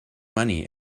money